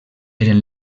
eren